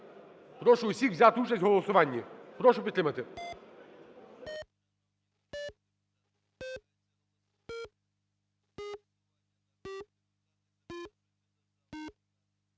Прошу всіх взяти участь в голосуванні, прошу підтримати.